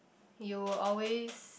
you always